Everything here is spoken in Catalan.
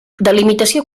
delimitació